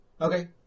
Okay